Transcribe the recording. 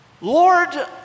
Lord